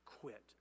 quit